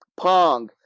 pong